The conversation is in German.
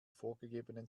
vorgegebenen